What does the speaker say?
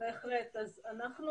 החל